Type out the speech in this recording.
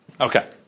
okay